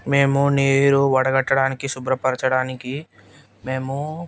మేము నీరు వడగొట్టడానికి శుభ్రపరచడానికి మేము